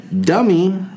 Dummy